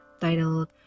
titled